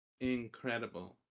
incredible